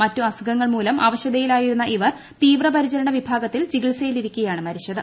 മറ്റ് അസുഖങ്ങൾ മൂലം അവശതയിലാീയിരുന്ന ഇവർ തീവ്രപരിചരണ വിഭാഗത്തിൽ ചികിത്സയിലിരിക്കെയാണ് മരിച്ചത്